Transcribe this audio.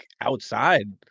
outside